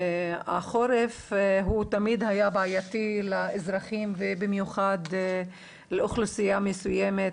החורף תמיד היה בעייתי לאזרחים ובמיוחד לאוכלוסייה מסוימת